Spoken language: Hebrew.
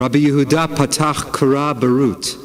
רבי יהודה פתח קרא ברות